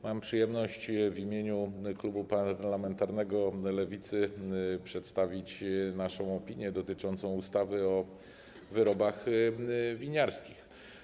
Mam przyjemność w imieniu klubu parlamentarnego Lewicy przedstawić naszą opinię dotyczącą ustawy o wyrobach winiarskich.